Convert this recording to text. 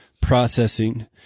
processing